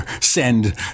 send